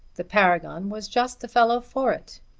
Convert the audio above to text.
the paragon was just the fellow for it.